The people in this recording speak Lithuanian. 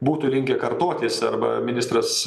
būtų linkę kartotis arba ministras